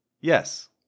Yes